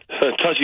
touchy